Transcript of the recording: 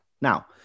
Now